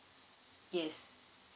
yes